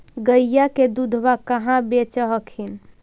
गईया के दूधबा कहा बेच हखिन?